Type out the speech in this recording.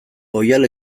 oihal